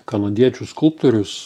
kanadiečių skulptorius